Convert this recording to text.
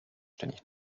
ständig